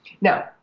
Now